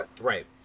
Right